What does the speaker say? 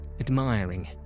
admiring